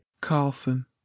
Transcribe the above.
Carlson